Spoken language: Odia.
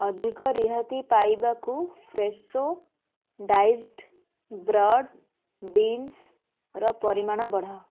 ଅଧିକ ରିହାତି ପାଇବାକୁ ଫ୍ରେସୋ ଡାଇସ୍ଡ଼୍ ବ୍ରଡ଼୍ ବିନ୍ସର ପରିମାଣ ବଢ଼ାଅ